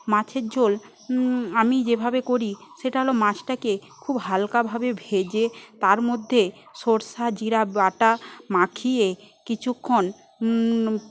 মাছের ঝোল আমি যেভাবে করি সেটা হল মাছটাকে খুব হালকাভাবে ভেজে তার মধ্যে সরষে জীরে বাটা মাখিয়ে কিছুক্ষণ